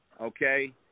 okay